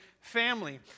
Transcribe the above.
family